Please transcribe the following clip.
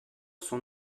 son